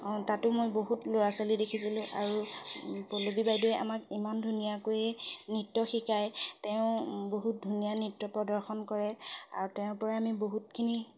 তাতো মই বহুত ল'ৰা ছোৱালী দেখিছিলোঁ আৰু পল্লৱী বাইদেৱে আমাক ইমান ধুনীয়াকৈ নৃত্য শিকায় তেওঁ বহুত ধুনীয়া নৃত্য প্ৰদৰ্শন কৰে আৰু তেওঁৰ পৰাই আমি বহুতখিনি